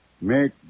Make